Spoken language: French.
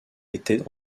étaient